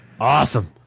awesome